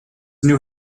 knew